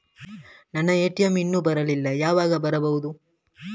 ನನ್ನ ಎ.ಟಿ.ಎಂ ಇನ್ನು ಬರಲಿಲ್ಲ, ಯಾವಾಗ ಬರಬಹುದು?